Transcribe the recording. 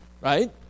right